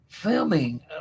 Filming